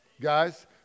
guys